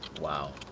Wow